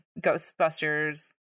Ghostbusters